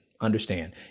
understand